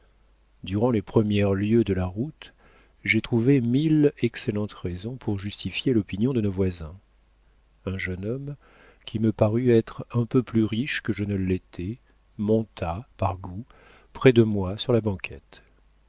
durant les premières lieues de la route j'ai trouvé mille excellentes raisons pour justifier l'opinion de nos voisins un jeune homme qui me parut être un peu plus riche que je ne l'étais monta par goût près de moi sur la banquette